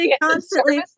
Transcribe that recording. constantly